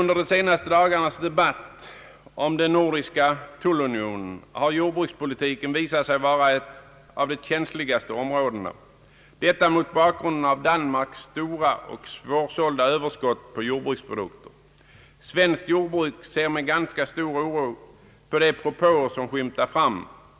Under de senaste dagarnas debatt om den nordiska tullunionen har jordbrukspolitiken visat sig vara ett av de känsligaste områdena, detta mot bakgrunden av Danmarks stora och svårsålda överskott på jordbruksprodukter. Svenskt jordbruk ser med ganska stor oro på de propåer som har skymtat fram.